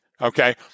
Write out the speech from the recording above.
okay